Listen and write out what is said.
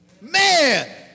Man